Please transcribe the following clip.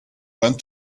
went